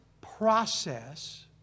process